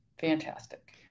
Fantastic